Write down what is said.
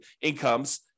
incomes